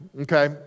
okay